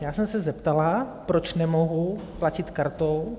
Já jsem se zeptala, proč nemohu platit kartou.